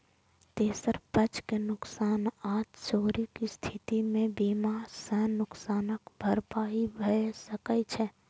तेसर पक्ष के नुकसान आ चोरीक स्थिति मे बीमा सं नुकसानक भरपाई भए सकै छै